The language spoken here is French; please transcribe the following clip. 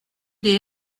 des